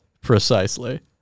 precisely